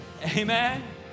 amen